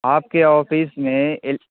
آپ کے آفس میں